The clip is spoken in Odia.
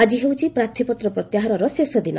ଆଜି ହେଉଛି ପ୍ରାର୍ଥୀପତ୍ର ପ୍ରତ୍ୟାହାରର ଶେଷଦିନ